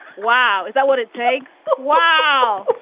wow. is that what it takes? wow